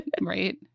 Right